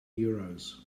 euros